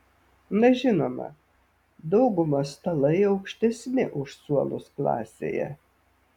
na žinoma daugumos stalai aukštesni už suolus klasėje